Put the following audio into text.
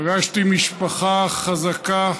פגשתי משפחה חזקה,